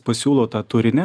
pasiūlo tą turinį